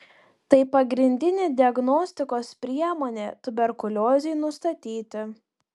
tai pagrindinė diagnostikos priemonė tuberkuliozei nustatyti